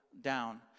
down